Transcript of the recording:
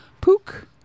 Pook